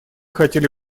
хотели